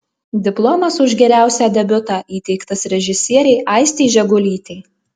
diplomas už geriausią debiutą įteiktas režisierei aistei žegulytei